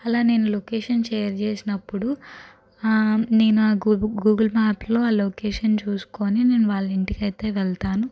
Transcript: అలా నేను location share చేసినప్పుడు నేను ఆ గూగుల్ గూగుల్ మ్యాప్లో ఆ లొకేషన్ చూసుకోని నేను వాళ్ళ ఇంటికి అయితే వెళ్తాను